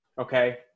Okay